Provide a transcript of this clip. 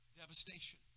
devastation